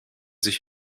sich